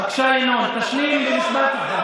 בבקשה, ינון, תשלים את המשפט.